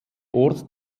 ort